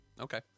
Okay